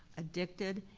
addicted,